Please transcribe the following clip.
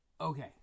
Okay